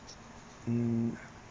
um